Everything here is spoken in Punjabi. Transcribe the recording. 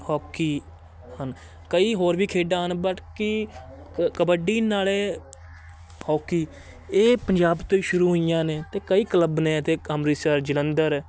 ਹੋਕੀ ਹਨ ਕਈ ਹੋਰ ਵੀ ਖੇਡਾਂ ਹਨ ਬਟ ਕਿ ਕਬੱਡੀ ਨਾਲੇ ਹੋਕੀ ਇਹ ਪੰਜਾਬ ਤੋਂ ਹੀ ਸ਼ੁਰੂ ਹੋਈਆਂ ਨੇ ਅਤੇ ਕਈ ਕਲੱਬ ਨੇ ਇਹਦੇ ਅੰਮ੍ਰਿਤਸਰ ਜਲੰਧਰ